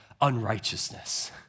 unrighteousness